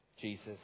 Jesus